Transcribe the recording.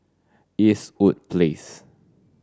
Eastwood Place